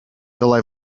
dylai